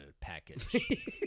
package